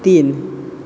तीन